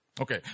Okay